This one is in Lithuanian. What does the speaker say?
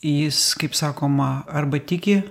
jis kaip sakoma arba tiki